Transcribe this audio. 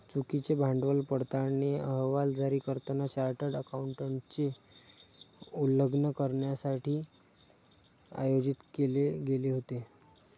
चुकीचे भांडवल पडताळणी अहवाल जारी करताना चार्टर्ड अकाउंटंटचे उल्लंघन करण्यासाठी आयोजित केले गेले होते